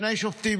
שני שופטים,